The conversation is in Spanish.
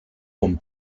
con